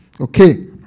Okay